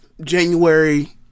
January